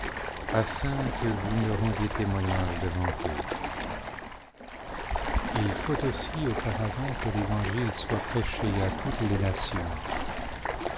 s marc vous me rendiez témoignage devant eux il faut aussi auparavant que l'évangile soit prêché à toutes les nations